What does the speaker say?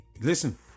listen